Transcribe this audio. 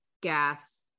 gas